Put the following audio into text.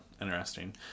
Interesting